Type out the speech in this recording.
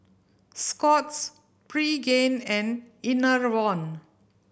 Scott's Pregain and Enervon